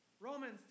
Romans